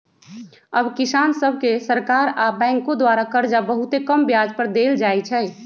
अब किसान सभके सरकार आऽ बैंकों द्वारा करजा बहुते कम ब्याज पर दे देल जाइ छइ